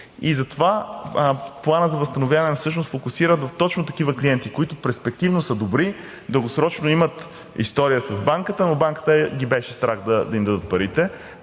Затова Планът за възстановяване всъщност фокусира в точно такива клиенти, които перспективно са добри, дългосрочно имат история с банката, но от банката ги беше страх да им дадат парите.